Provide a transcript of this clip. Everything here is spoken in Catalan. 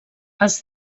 els